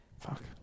Fuck